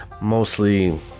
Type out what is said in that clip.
Mostly